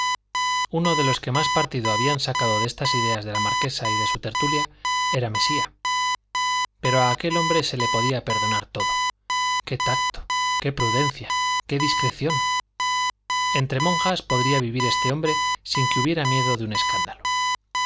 uno de los que más partido habían sacado de estas ideas de la marquesa y de su tertulia era mesía pero a aquel hombre se le podía perdonar todo qué tacto qué prudencia qué discreción entre monjas podría vivir este hombre sin que hubiera miedo de un escándalo